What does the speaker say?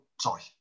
Sorry